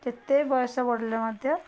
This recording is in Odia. ଯେତେ ବୟସ ବଢ଼ିଲେ ମଧ୍ୟ